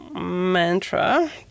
mantra